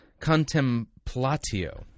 Contemplatio